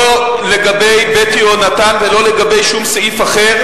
לא לגבי "בית יהונתן" ולא לגבי שום סעיף אחר,